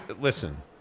Listen